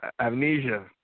amnesia